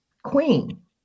queen